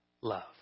love